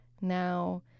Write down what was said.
now